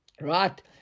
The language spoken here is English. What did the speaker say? right